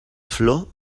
flor